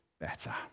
better